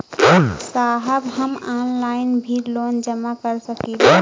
साहब हम ऑनलाइन भी लोन जमा कर सकीला?